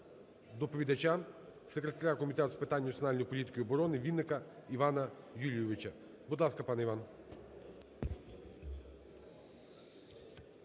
доповідача – секретаря Комітету з питань національної політики і оборони Вінника Івана Юлійовича. Будь ласка, пане Іван.